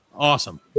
Awesome